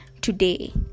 today